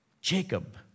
Jacob